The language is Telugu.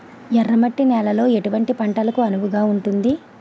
ఎర్ర మట్టి నేలలో ఎటువంటి పంటలకు అనువుగా ఉంటుంది?